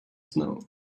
snow